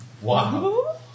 Wow